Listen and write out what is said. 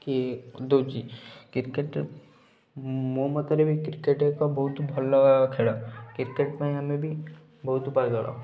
କିଏ ଦଉଛି କ୍ରିକେଟରେ ମୋ ମତରେ ବି କ୍ରିକେଟ ଏକ ବହୁତ ଭଲ ଖେଳ କ୍ରିକେଟ ପାଇଁ ଆମେ ବି ବହୁତ ପାଗଳ